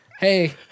Hey